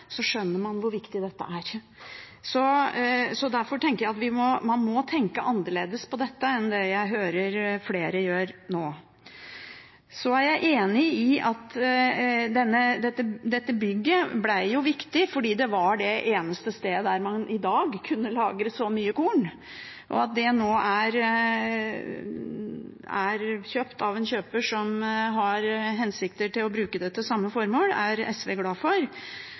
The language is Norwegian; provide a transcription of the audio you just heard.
skjønner man hvor viktig dette er. Derfor må man tenke annerledes på dette enn det jeg hører flere gjør nå. Så er jeg enig i at dette bygget ble viktig fordi det var det eneste stedet der man i dag kunne lagre så mye korn. At det nå er kjøpt av en som har til hensikt å bruke det til samme formål, er SV glad for.